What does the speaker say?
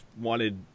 wanted